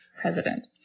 president